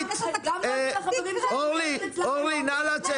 אורלי נא לצאת.